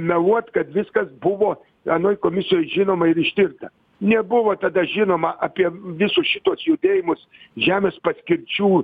meluot kad viskas buvo anoj komisijoj žinoma ir ištirta nebuvo tada žinoma apie visus šituos judėjimus žemės paskirčių